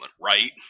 right